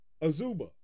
Azuba